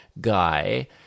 guy